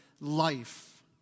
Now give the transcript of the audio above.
life